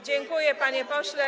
Dziękuję, panie pośle.